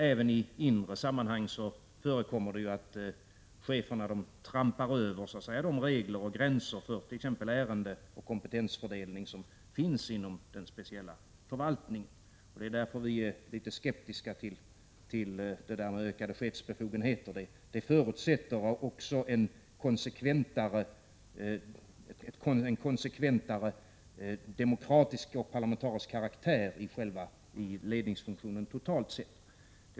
Även i andra sammanhang förekommer att chefer så att säga trampar över de regler och gränser som finns för ärenden och kompetensfördelning. Det är därför vi är litet skeptiska till ökade chefsbefogenheter. Det förutsätter också en konsekventare demokratisk och parlamentarisk karaktär i ledningsfunktionen totalt sett.